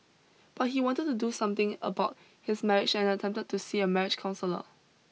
but he had wanted to do something about his marriage and attempted to see a marriage counsellor